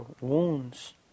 wounds